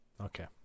Okay